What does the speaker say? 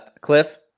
Cliff